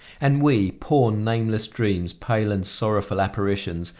and we, poor nameless dreams, pale and sorrowful apparitions,